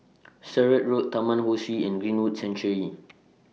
Sturdee Road Taman Ho Swee and Greenwood Sanctuary